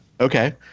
Okay